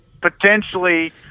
potentially